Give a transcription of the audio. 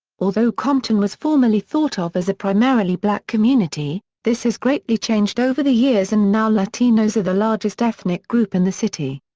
although compton was formerly thought of as a primarily black community, this has greatly changed over the years and now latinos are the largest ethnic group in the city.